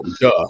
duh